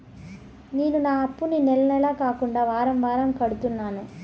నేను నా అప్పుని నెల నెల కాకుండా వారం వారం కడుతున్నాను